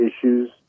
issues